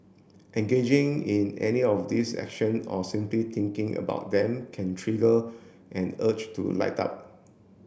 engaging in any of these action or simply thinking about them can trigger an urge to light up